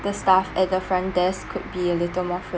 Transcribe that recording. the staff at the front desk could be a little more friend~